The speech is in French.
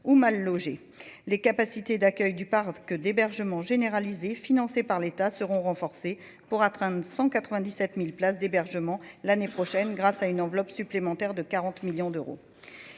ou mal logées, les capacités d'accueil du parc d'hébergement généralisé, financé par l'État seront renforcés pour atteindre 197000 places d'hébergement l'année prochaine grâce à une enveloppe supplémentaire de 40 millions d'euros,